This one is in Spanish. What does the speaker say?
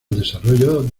desarrollo